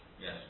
Yes